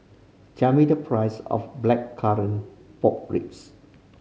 tell me the price of Blackcurrant Pork Ribs